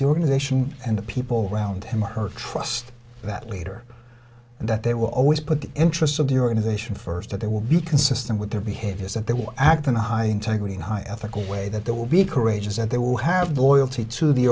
the organization and the people around him or her trust that leader and that they will always put the interests of the organization first that they will be consistent with their behaviors that they will act in a high integrity high ethical way that they will be courageous and they will have loyalty to the